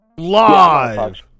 live